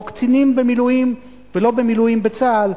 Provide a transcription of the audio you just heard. או קצינים במילואים ולא במילואים בצה"ל,